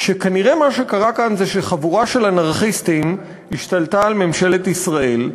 שכנראה מה שקרה כאן זה שחבורה של אנרכיסטים השתלטה על ממשלת ישראל,